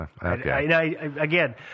Again